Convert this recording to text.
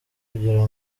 kugira